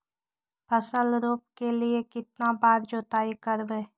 फसल रोप के लिय कितना बार जोतई करबय?